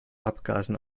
abgasen